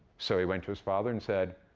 so he went to his father and said,